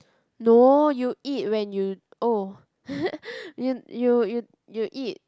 no you eat when you oh you you you you eat